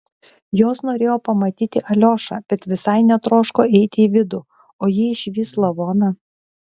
jos norėjo pamatyti aliošą bet visai netroško eiti į vidų o jei išvys lavoną